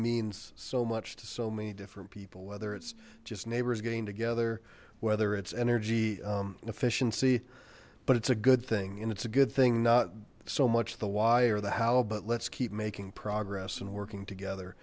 means so much to so many different people whether it's just neighbors getting together whether it's energy efficiency but it's a good thing and it's a good thing not so much the why or the how but let's keep making progress and working together